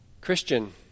Christian